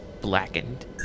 blackened